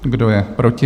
Kdo je proti?